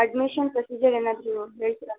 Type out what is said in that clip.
admission procedure ಏನಾದರೂ ಹೇಳ್ತಿರಾ